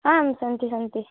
आं सन्ति सन्ति